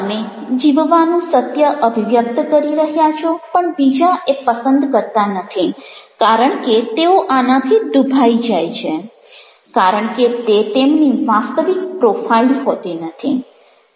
તમે જીવનનું સત્ય અભિવ્યક્ત કરી રહ્યા છો પણ બીજા એ પસંદ કરતા નથી કારણ કે તેઓ આનાથી દુભાઈ જાય છે કારણ કે તે તેમની વાસ્તવિક પ્રોફાઈલ હોતી નથી